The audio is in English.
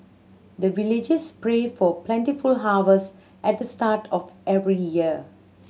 the villagers pray for plentiful harvest at the start of every year